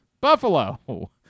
Buffalo